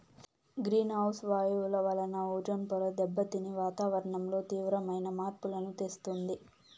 green house వాయువుల వలన ozone పొర దెబ్బతిని వాతావరణంలో తీవ్రమైన మార్పులను తెస్తుంది